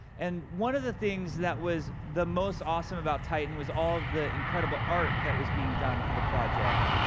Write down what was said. and one of the things that was the most awesome about titan was all of the incredible art that was being done for the project.